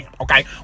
okay